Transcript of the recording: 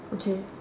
okay